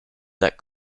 that